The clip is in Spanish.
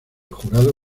jurado